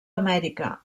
amèrica